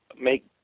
make